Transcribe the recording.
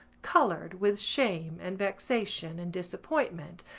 coloured with shame and vexation and disappointment.